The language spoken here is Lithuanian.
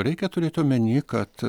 reikia turėt omeny kad